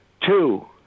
two